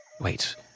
Wait